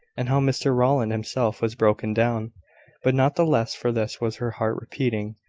and how mr rowland himself was broken-down but not the less for this was her heart repeating,